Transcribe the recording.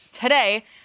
today